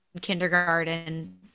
kindergarten